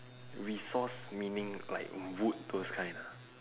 resource meaning like wood those kind ah